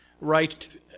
right